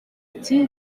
ati